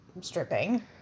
stripping